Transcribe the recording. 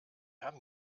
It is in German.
haben